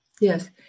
Yes